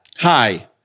Hi